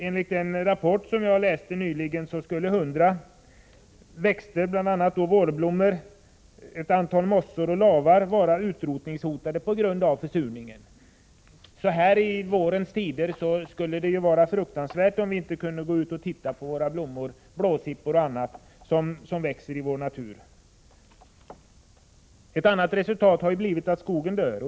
Enligt en rapport som jag läste nyligen skulle ett hundratal växter — bl.a. då vårblommor samt vissa mossor och lavar — vara utrotningshotade på grund av försurningen. Särskilt så här i vårens tid måste man ju säga, att det skulle vara fruktansvärt om vi inte kunde gå ut och titta på blåsippor och annat i vår natur. Ytterligare en effekt är att skogen dör.